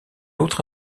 autre